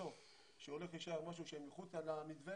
בסוף, שהולך להישאר משהו שמחוץ למתווה